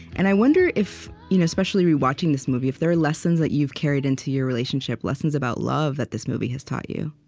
and i wonder if you know especially, re-watching this movie, if there are lessons that you've carried into your relationship, lessons about love that this movie has taught you